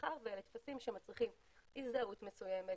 מאחר ואלה טפסים שמצריכים הזדהות מסוימת,